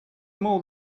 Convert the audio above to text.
more